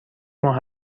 ماه